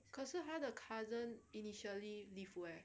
可是他的 cousin initially live where